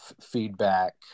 feedback